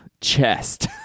chest